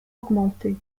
augmenté